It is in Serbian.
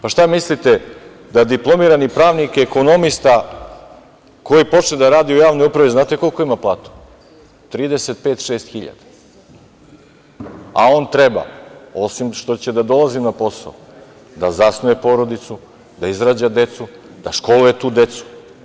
Pa, šta mislite da diplomirani pravnik i ekonomista, koji počne da radi u javnoj upravi, znate koliko ima platu, 35-36 hiljada, a on treba, osim što će da dolazi na posao, da zasnuje porodicu, da izrađa decu, da školuje tu decu.